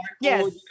Yes